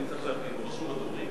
אני צריך להבין, הוא רשום בדוברים?